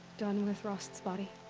done with rost's body?